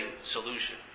solution